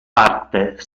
parte